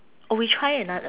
we try another